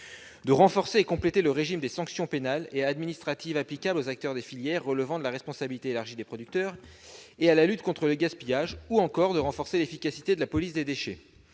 Il renforce et complète le régime des sanctions pénales et administratives applicables aux acteurs des filières relevant de la responsabilité élargie des producteurs et à la lutte contre les gaspillages. Il vise également à renforcer l'efficacité de la police des déchets.